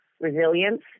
resilience